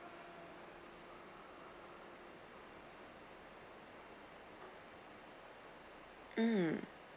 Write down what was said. mm